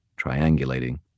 triangulating